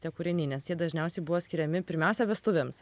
tie kūriniai nes jie dažniausiai buvo skiriami pirmiausia vestuvėms